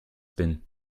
bin